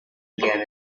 again